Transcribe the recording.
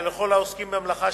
ולכל העוסקים במלאכה,